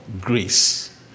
grace